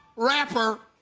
rapper.